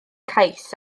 cais